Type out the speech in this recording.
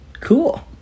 Cool